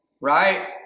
right